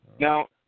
Now